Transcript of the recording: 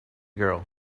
girl